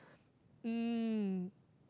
mm